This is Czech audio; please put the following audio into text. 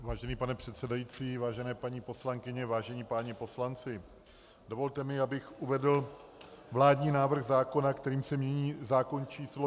Vážený pane předsedající, vážené paní poslankyně, vážení páni poslanci, dovolte mi, abych uvedl vládní návrh zákona, kterým se mění zákon č. 634/1992 Sb.